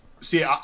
see